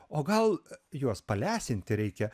o gal juos palesinti reikia